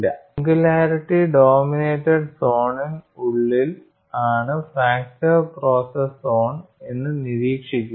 singularity dominated സോണിൽ ഉള്ളിൽ ആണ് ഫ്രാക്ചർ പ്രോസസ്സ് സോൺ എന്ന് നിരീക്ഷിക്കുക